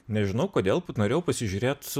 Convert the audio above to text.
nežinau kodėl bet norėjau pasižiūrėt